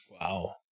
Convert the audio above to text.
wow